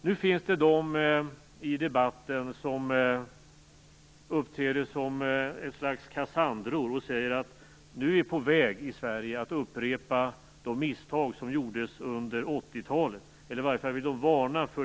Nu finns det de i debatten som uppträder som ett slags kassandror och varnar för risken att vi i Sverige är på väg att upprepa misstag som gjordes under 80 talet.